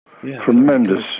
tremendous